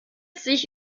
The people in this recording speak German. sich